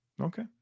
Okay